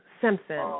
Simpson